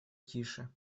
тише